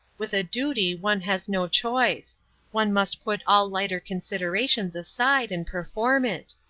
with a duty one has no choice one must put all lighter considerations aside and perform it.